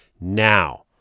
Now